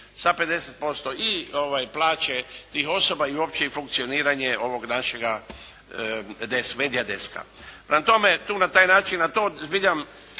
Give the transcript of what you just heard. sa 50% i plaće tih osoba i uopće i funkcioniranje ovog našega media deska. Prema tome, tu na taj način na to zbilja